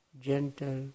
gentle